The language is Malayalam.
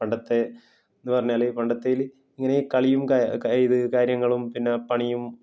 പണ്ടത്തെ എന്ന് പറഞ്ഞാല് പണ്ട് ഇങ്ങനെ കളിയും ക ഇത് കാര്യങ്ങളും പിന്നെ പണിയും